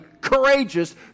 courageous